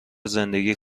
زندگی